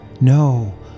No